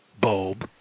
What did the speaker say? bulb